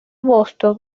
boston